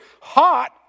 hot